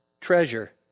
treasure